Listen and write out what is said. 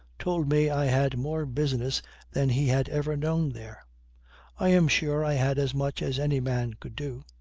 told me i had more business than he had ever known there i am sure i had as much as any man could do.